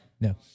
No